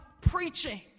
preaching